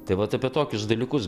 tai vat apie tokius dalykus